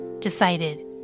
decided